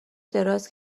دراز